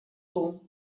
том